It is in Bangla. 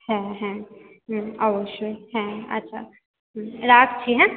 হ্যাঁ হ্যাঁ হুম অবশ্যই হ্যাঁ আচ্ছা রাখছি হ্যাঁ